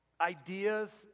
ideas